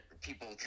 people